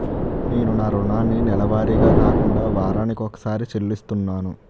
నేను నా రుణాన్ని నెలవారీగా కాకుండా వారాని కొక్కసారి చెల్లిస్తున్నాను